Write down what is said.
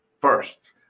first